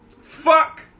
Fuck